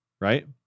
Right